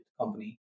company